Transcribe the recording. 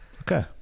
Okay